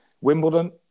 Wimbledon